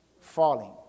falling